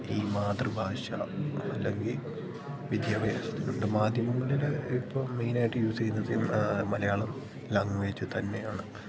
ഈ മാതൃഭാഷ അല്ലെങ്കിൽ വിദ്യാഭ്യാസത്തിലുണ്ട് മാധ്യമങ്ങളിൽ ഇപ്പം മെയിനായിട്ട് യൂസ് ചെയ്യുന്നത് മലയാളം ലാംഗ്വേജ് തന്നെയാണ്